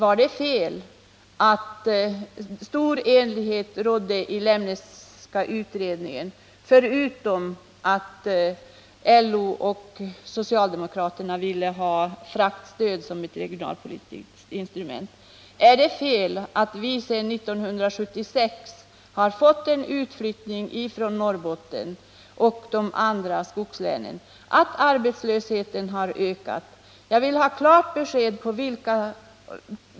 Är det fel att stor enighet rådde i den Lemneska utredningen, utom det att LO och socialdemokraterna ville ha fraktstöd som ett regionalpolitiskt instrument? Är det fel att vi sedan 1976 har haft en utflyttning från Norrbotten och de andra skogslänen och att arbetslösheten har ökat?